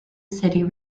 city